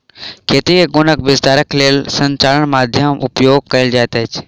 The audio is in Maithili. खेती के गुणक विस्तारक लेल संचार माध्यमक उपयोग कयल जाइत अछि